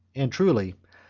and truly,